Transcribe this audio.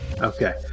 okay